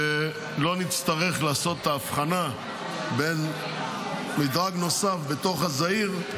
ולא נצטרך לעשות את ההבחנה בין מדרג נוסף בתוך הזעיר,